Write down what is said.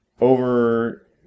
over